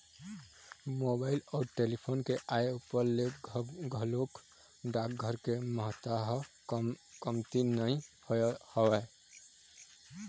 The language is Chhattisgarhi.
मोबाइल अउ टेलीफोन के आय ऊपर ले घलोक डाकघर के महत्ता ह कमती नइ होय हवय